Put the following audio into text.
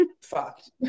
fucked